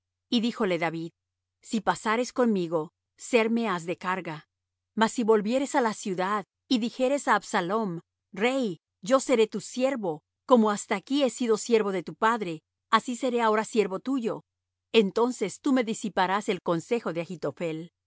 y díjole david si pasares conmigo serme has de carga mas si volvieres á la ciudad y dijeres á absalom rey yo seré tu siervo como hasta aquí he sido siervo de tu padre así seré ahora siervo tuyo entonces tú me disiparás el consejo de achitophel no